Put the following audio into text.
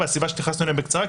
והסיבה שהתייחסנו אליהם בקצרה,